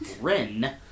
Ren